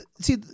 see